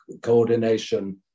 coordination